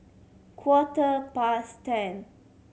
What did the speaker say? quarter past ten